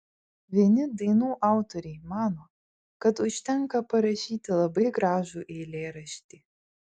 vieni dainų autoriai mano kad užtenka parašyti labai gražų eilėraštį